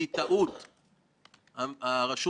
ההשארה של הרגולציה בנושא תחרות למפקחת על הבנקים